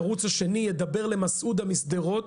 הערוץ השני ידבר למסעודה משדרות.